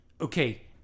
okay